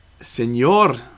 Señor